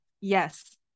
yes